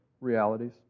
realities